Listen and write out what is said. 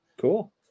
Cool